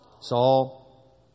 Saul